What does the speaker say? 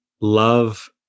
love